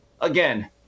Again